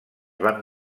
van